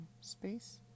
space